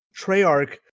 treyarch